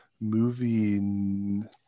movie